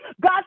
God